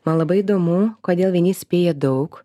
man labai įdomu kodėl vieni spėja daug